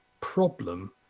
problem